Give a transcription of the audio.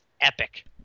epic